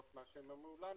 לפחות ממה שאמרו לנו,